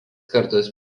kartus